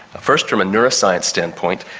first from a neuroscience standpoint.